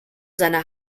seiner